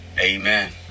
Amen